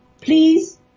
please